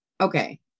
Okay